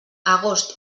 agost